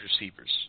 receivers